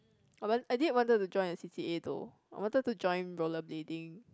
ah but I did wanted to join a C_C_A though I wanted to join roller blading